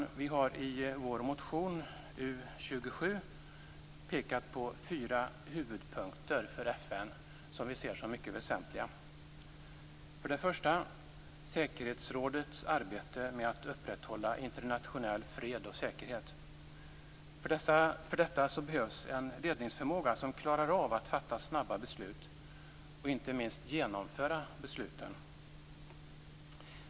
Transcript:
Vi moderater har i vår motion U27 pekat på fyra huvudpunkter för FN som vi ser som mycket väsentliga. För det första: Säkerhetsrådets arbete med att upprätthålla internationell fred och säkerhet. För detta behövs en ledningsförmåga som klarar av att fatta snabba beslut och inte minst genomföra dem.